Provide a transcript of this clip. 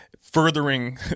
furthering